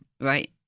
Right